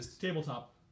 tabletop